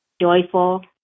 joyful